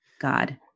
god